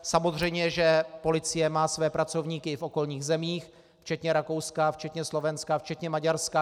Samozřejmě, že policie má své pracovníky i v okolních zemích, včetně Rakouska, včetně Slovenska a včetně Maďarska.